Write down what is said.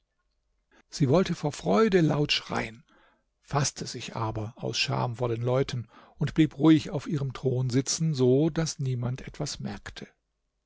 sie wollte vor freude laut schreien faßte sich aber aus scham vor den leuten und blieb ruhig auf ihrem thron sitzen so daß niemand etwas merkte